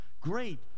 great